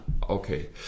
Okay